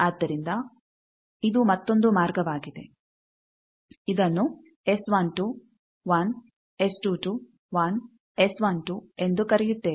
ಆದ್ದರಿಂದ ಇದು ಮತ್ತೊಂದು ಮಾರ್ಗವಾಗಿದೆ ಇದನ್ನು S12 1 S22 1 S12 ಎಂದು ಕರೆಯುತ್ತೇವೆ